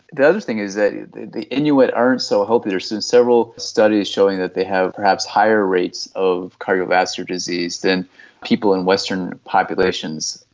the other thing is that the inuit aren't so healthy. there's been several studies showing that they have perhaps higher rates of cardiovascular disease than people in western populations,